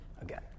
again